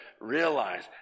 realize